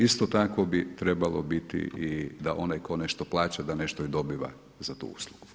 Isto tako bi trebalo biti i da onaj tko nešto plaća da nešto i dobiva za tu uslugu.